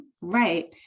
Right